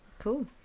Cool